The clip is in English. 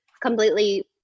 completely